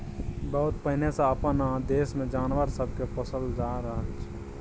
बहुत पहिने सँ अपना देश मे जानवर सब के पोसल जा रहल छै